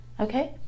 okay